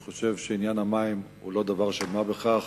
חושב שעניין המים הוא לא דבר של מה בכך.